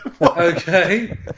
Okay